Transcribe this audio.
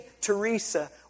Teresa